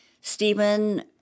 Stephen